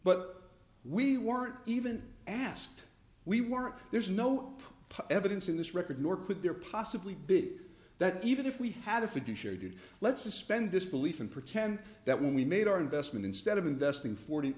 but we weren't even asked we were there's no evidence in this record nor could there possibly be that even if we had a fiduciary duty let's suspend disbelief and pretend that when we made our investment instead of investing forty